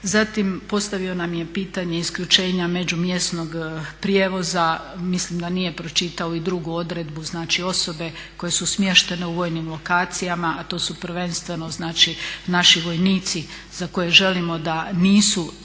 Zatim postavio nam je pitanje isključenja međumjesnog prijevoza, mislim da nije pročitao i drugu odredbu, znači osobe koje su smještene u vojnim lokacijama a to su prvenstveno znači naši vojnici za koje želimo da nisu